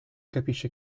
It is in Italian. capisce